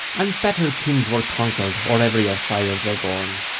and better kings were conquered or ever your sires were born.